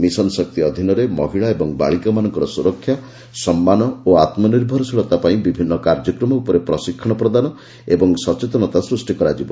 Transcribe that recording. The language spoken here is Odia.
ମିଶନ୍ଶକ୍ତି ଅଧିନରେ ମହିଳା ଏବଂ ବାଳିକାମାନଙ୍କର ସୁରକ୍ଷା ସମ୍ମାନ ଓ ଆତ୍ମନିର୍ଭରଶୀଳତା ପାଇଁ ବିଭିନ୍ନ କାର୍ଯ୍ୟକ୍ରମ ଉପରେ ପ୍ରଶିକ୍ଷଣ ପ୍ରଦାନ ଓ ସଚେତନତା ସୃଷ୍ଟି କରାଯିବ